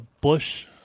Bush